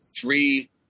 three